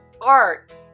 art